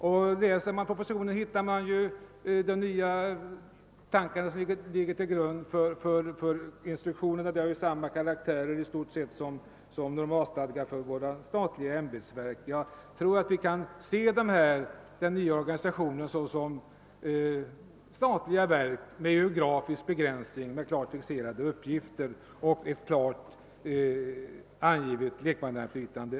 Om man läser propositionen, finner man att det är den nya tanke som ligger till grund för instruktionen, vilken har i stort sett samma karaktär som normalstadgan för våra ämbetsverk. Jag tror att vi kan se den nya or 3anisationen såsom ett statligt verk med geografisk begränsning och klart fixerade uppgifter och ett klart angivet lekmannainflytande.